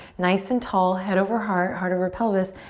nice and tall, head over heart, heart of her pelvis.